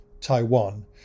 Taiwan